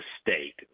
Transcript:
state